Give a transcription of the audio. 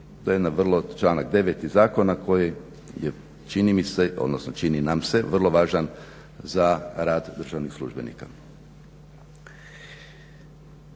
To je vrlo članak 9.zakona koji nam se čini vrlo važan za rad državnih službenika.